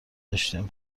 داشتیم